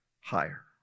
higher